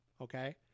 okay